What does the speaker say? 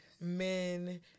men